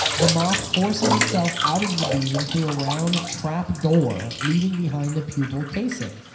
the moth forces itself out of the bean through a round trap door, leaving behind the pupal casing.